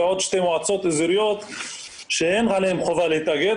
עוד שתי מועצות אזוריות שהן עליהן חובה להתאגד.